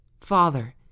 Father